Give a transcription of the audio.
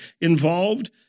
involved